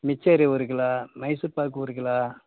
மிச்சரு ஒரு கிலோ மைசூர்பாக்கு ஒரு கிலோ